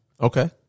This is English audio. Okay